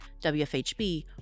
WFHB